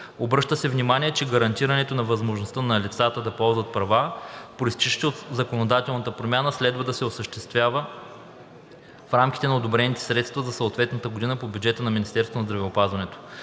Обръща се внимание, че гарантирането на възможността на лицата да ползват права, произтичащи от законодателната промяна, следва да се осъществява в рамките на одобрените средства за съответната година по бюджета на Министерството на здравеопазването.